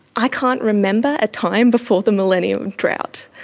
i can't remember a time before the millennium drought.